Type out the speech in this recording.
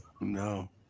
No